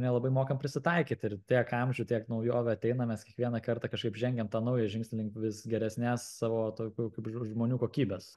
nelabai mokam prisitaikyt ir tiek amžių tiek naujovių ateina mes kiekvieną kartą kažkaip žengiam tą naują žingsnį link vis geresnės savo tokių kaip žmonių kokybės